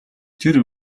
тэр